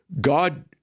God